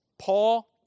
Paul